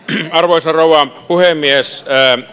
arvoisa rouva puhemies